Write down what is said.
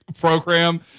program